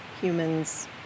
humans